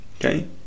Okay